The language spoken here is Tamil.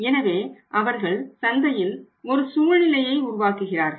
எனவே அவர்கள் சந்தையில் ஒரு சூழ்நிலையை உருவாக்குகிறார்கள்